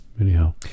anyhow